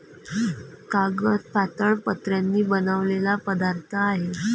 कागद पातळ पत्र्यांनी बनलेला पदार्थ आहे